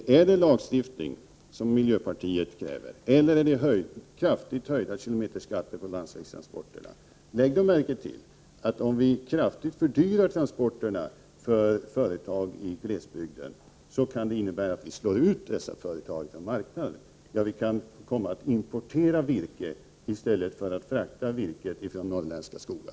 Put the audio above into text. Är det lagstiftning som miljöpartiet kräver, eller är det kraftigt höjda kilometerskatter på landsvägstransporterna? Lägg märke till att om transporterna för företag i glesbygder kraftigt fördyras, kan det innebära att dessa företag slås ut från marknaden. Sverige kan t.o.m. bli tvunget att importera virke i stället för att virket fraktas från norrländska skogar.